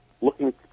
looking